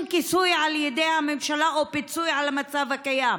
כיסוי על ידי הממשלה או פיצוי על המצב הקיים,